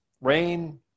Rain